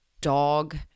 dog